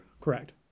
Correct